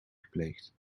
gepleegd